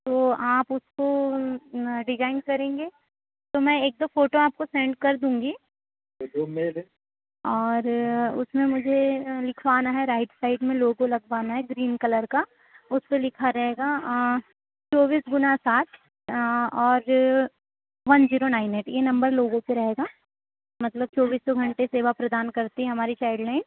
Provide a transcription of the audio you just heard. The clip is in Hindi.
तो आप उसको डिजाइन करेंगे तो मैं एक दो फोटो आपको सेंड कर दूँगी और उसमें मुझे लिखवाना है राइट साइड में लोगो लगवाना है ग्रीन कलर का उस पर लिखा रहेगा चौबीस गुणा सात और वन ज़ीरो नाइन एट यह नंबर लोगो पर रहेगा मतलब चौबीसों घंटे सेवा प्रदान करती है हमारी चाइल्ड लाइन